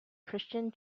christian